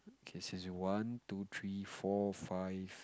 okay says one two three four five